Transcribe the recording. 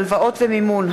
הלוואות ומימון),